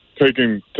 taking